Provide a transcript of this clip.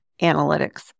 analytics